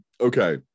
Okay